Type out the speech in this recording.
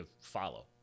follow